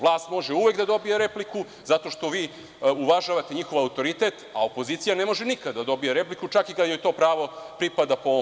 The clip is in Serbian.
Vlast može uvek da dobije repliku zato što vi uvažavate njihov autoritet, a opozicija ne može nikad da dobije repliku, čak i kad joj to pravo pripada po Poslovniku.